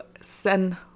send